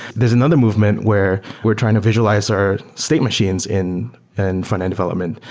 there's another movement where we're trying to visualize our state machines in and frontend development,